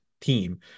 team